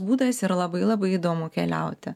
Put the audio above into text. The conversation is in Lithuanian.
būdas ir labai labai įdomu keliauti